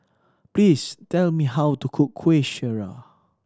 please tell me how to cook Kueh Syara